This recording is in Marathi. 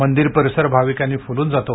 मंदिर परिसर भाविकांनी फुलून जातो